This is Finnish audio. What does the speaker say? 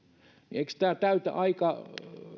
tämä tule aika